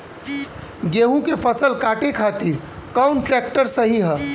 गेहूँ के फसल काटे खातिर कौन ट्रैक्टर सही ह?